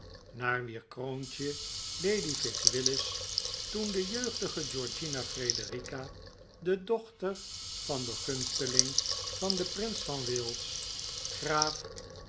naar wier kroontje lady fitz willis toen de jeugdige georgina frederica de dochter van den gunsteling van den prins van wales graaf